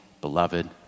beloved